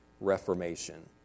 reformation